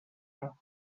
her